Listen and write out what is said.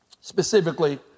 specifically